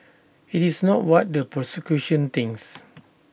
IT is not what the prosecution thinks